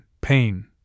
pain